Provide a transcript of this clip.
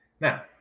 Now